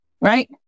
right